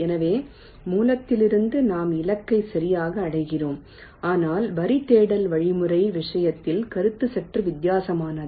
எனவே மூலத்திலிருந்து நாம் இலக்கை சரியாக அடைகிறோம் ஆனால் வரி தேடல் வழிமுறை விஷயத்தில் கருத்து சற்று வித்தியாசமானது